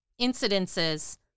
incidences